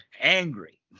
angry